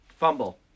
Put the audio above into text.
Fumble